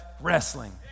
wrestling